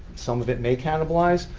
some of it may cannibalize.